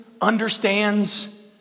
understands